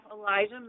Elijah